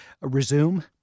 resume